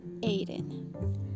Aiden